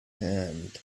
hand